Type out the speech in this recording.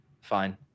fine